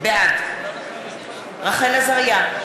בעד רחל עזריה,